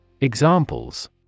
Examples